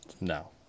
No